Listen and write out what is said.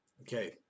Okay